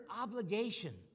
obligation